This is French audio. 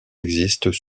existent